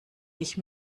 dich